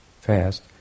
fast